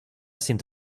sind